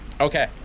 okay